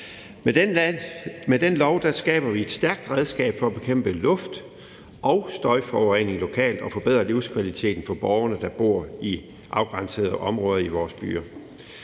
Med denne lov skaber vi et stærkt redskab til at bekæmpe luft- og støjforurening lokalt og forbedre livskvaliteten for borgere, der bor i afgrænsede områder i vores byer.